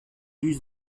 use